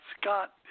Scott